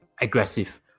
aggressive